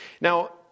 Now